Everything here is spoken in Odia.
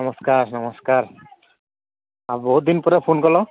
ନମସ୍କାର ନମସ୍କାର ଆଉ ବହୁତ ଦିନ ପରେ ଫୋନ୍ କଲ